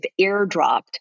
airdropped